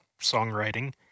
songwriting